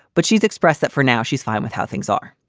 but she's expressed that for now. she's fine with how things are.